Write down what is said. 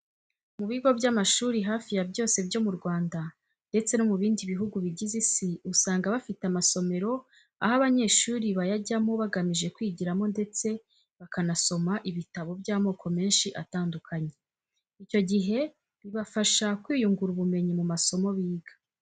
Mu bigo by'amashuri hafi ya byose byo mu Rwanda ndetse no mu bindi bihugu bijyize Isi, usanga bafite amasomero aho abanyeshuri bayajyamo bagamije kwigiramo ndetse bakanasoma ibitabo by'amoko menshi atandukanye. Icyo gihe bibafasha kwiyungura ubumenyi mu masomo biga.